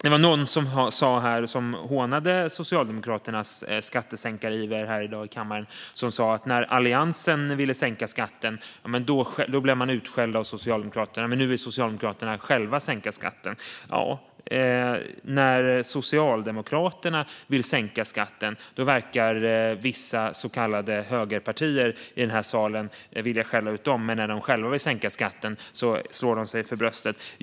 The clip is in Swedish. Det var någon här i kammaren i dag som hånade Socialdemokraternas skattesänkariver och sa att när Alliansen ville sänka skatten blev man utskälld av Socialdemokraterna, men nu vill Socialdemokraterna själva sänka skatten. Ja, när Socialdemokraterna vill sänka skatten verkar vissa så kallade högerpartier i den här salen vilja skälla ut dem, men när man själva vill sänka skatten slår man sig för bröstet.